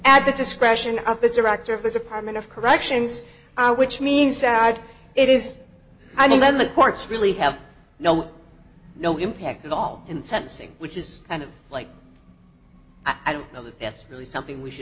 at the discretion of the director of the department of corrections which means sad it is i mean let the courts really have no no impact at all in sentencing which is kind of like i don't know that that's really something we should